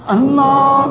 Allah